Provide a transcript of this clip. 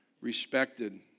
respected